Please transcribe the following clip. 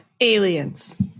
aliens